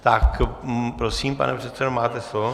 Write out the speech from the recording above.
Tak prosím, pane předsedo, máte slovo.